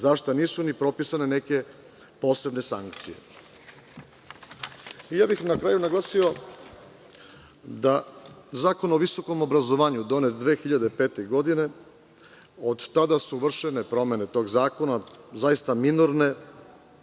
za šta nisu ni propisane neke posebne sankcije. Na kraju bih naglasio da Zakon o visokom obrazovanju, donet 2005. godine, od tada su vršene promene tog zakona zaista minorne,